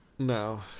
No